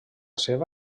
seva